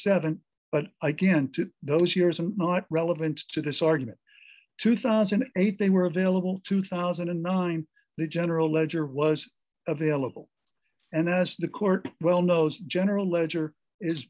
seven but again to those years and not relevant to this argument two thousand and eight they were available two thousand and nine the general ledger was available and as the court well knows general ledger is